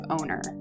owner